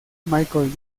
michael